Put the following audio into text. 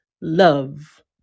Love